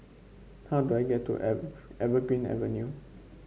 how do I get to Evergreen Avenue